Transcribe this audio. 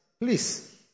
Please